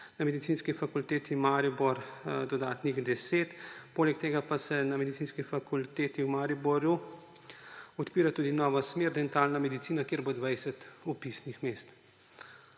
na Medicinski fakulteti Maribor dodatnih 10. Poleg tega pa se na Medicinski fakulteti v Mariboru odpira tudi nova smer dentalna medicina, kjer bo 20 vpisnih mest.